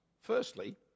Firstly